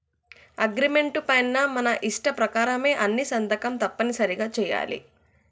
agreement పైన మన ఇష్ట ప్రకారమే అని సంతకం తప్పనిసరిగా చెయ్యాలి